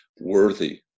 worthy